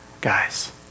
Guys